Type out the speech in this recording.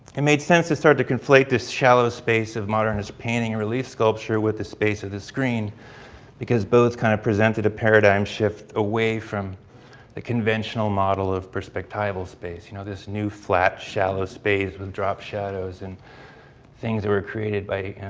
it made sense to start to conflate this shallow space of modernist painting a relief sculpture with the space of the screen because those kind of presented a paradigm shift away from the conventional model of perspectival space, you know this new flat shallow space with drop shadows and things that were created by